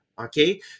Okay